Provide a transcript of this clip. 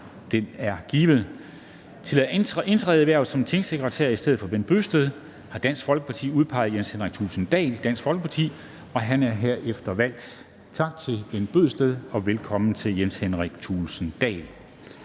Det er givet. Til at indtræde i hvervet som tingsekretær i stedet for Bent Bøgsted (UFG) har Dansk Folkeparti udpeget Jens Henrik Thulesen Dahl (DF). Han er herefter valgt. Tak til Bent Bøgsted, og velkommen til Jens Henrik Thulesen Dahl.